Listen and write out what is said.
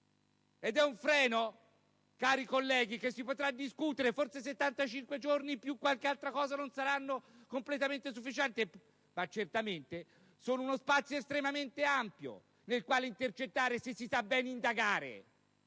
di un freno, cari colleghi, che si potrà discutere. Forse 75 giorni più qualche altro margine non saranno completamente sufficienti, ma certamente sono uno spazio estremamente ampio nel quale intercettare, se si sa bene indagare